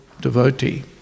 devotee